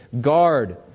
guard